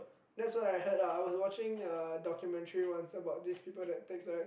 that's what I heard lah I was watching a documentary once about these people that takes like